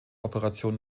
operation